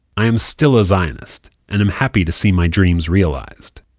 i am still a zionist and am happy to see my dreams realized.